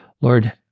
Lord